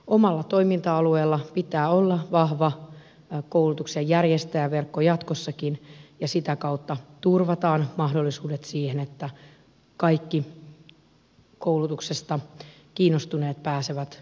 omalla toiminta alueella pitää olla vahva koulutuksen järjestäjäverkko jatkossakin ja sitä kautta turvataan mahdollisuudet siihen että kaikki koulutuksesta kiinnostuneet pääsevät koulutuksen piiriin